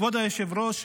כבוד היושב-ראש,